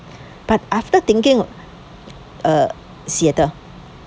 but after thinking uh seattle